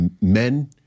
men